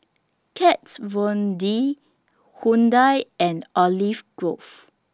Kat Von D Hyundai and Olive Grove